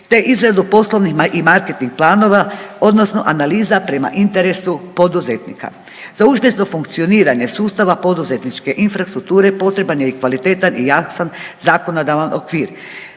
te izradu poslovnih i marketing planova odnosno analiza prema interesu poduzetnika. Za uspješno funkcioniranje sustava poduzetničke infrastrukture potreban je i kvalitetan i jasan zakonodavan okvir.